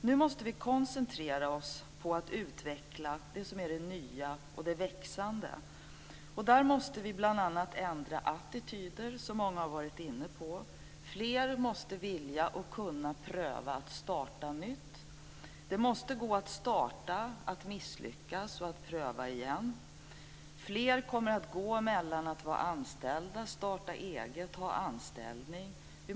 Nu måste vi koncentrera oss på att utveckla det som är det nya och det växande. Där måste vi bl.a. ändra attityder, vilket många har varit inne på. Fler måste vilja och kunna pröva att starta nytt. Det måste gå att starta, att misslyckas och att pröva igen. Fler kommer att gå mellan att vara anställda och starta eget, och ta anställning igen.